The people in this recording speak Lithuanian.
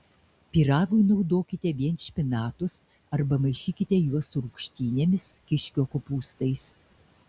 pyragui naudokite vien špinatus arba maišykite juos su rūgštynėmis kiškio kopūstais